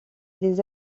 des